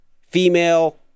female